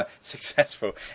successful